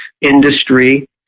industry